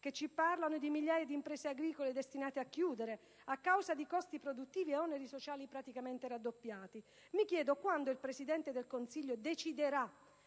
che ci parlano di migliaia di imprese agricole destinate a chiudere a causa di costi produttivi e oneri sociali praticamente raddoppiati? Mi chiedo: quando il Presidente del Consiglio deciderà